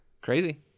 Crazy